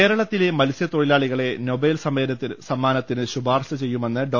കേരളത്തിലെ മത്സ്യത്തൊഴിലാളികളെ നൊബേൽ സമ്മാനത്തിന് ശുപാർശ ചെയ്യുമെന്ന് ഡോ